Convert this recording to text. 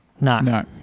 No